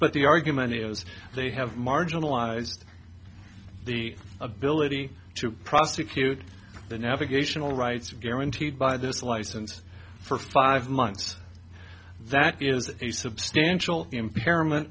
but the argument is they have marginalized the ability to prosecute the navigational rights guaranteed by this license for five months that is a substantial impairment